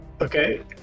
Okay